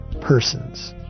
persons